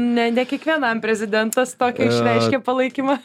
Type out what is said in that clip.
ne ne kiekvienam prezidentas tokią išreiškė palaikymą